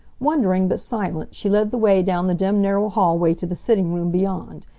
wondering, but silent, she led the way down the dim narrow hallway to the sitting-room beyond.